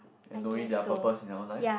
and knowing their purpose in their own life